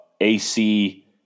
AC